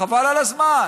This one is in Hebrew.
חבל על הזמן.